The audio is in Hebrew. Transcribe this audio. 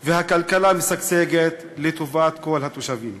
והכלכלה משגשגת לטובת כל התושבים;